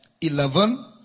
eleven